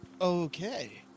okay